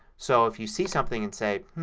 so if you see something and say,